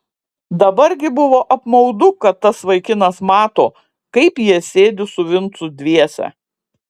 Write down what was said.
dabar gi buvo apmaudu kad tas vaikinas mato kaip jie sėdi su vincu dviese